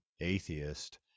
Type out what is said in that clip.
atheist